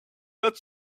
that